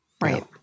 Right